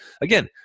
Again